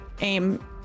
aim